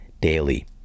daily